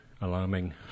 Alarming